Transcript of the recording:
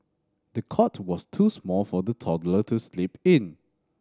the cot was too small for the toddler to sleep in